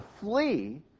flee